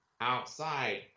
outside